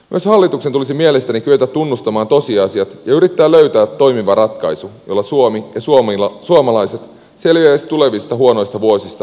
myös hallituksen tulisi mielestäni kyetä tunnustamaan tosiasiat ja sen pitäisi yrittää löytää toimiva ratkaisu jolla suomi ja suomalaiset selviäisivät tulevista huonoista vuosista mahdollisimman hyvin